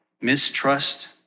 mistrust